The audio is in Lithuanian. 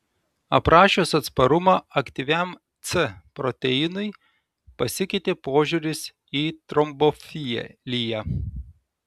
aprašius atsparumą aktyvintam c proteinui pasikeitė požiūris į trombofiliją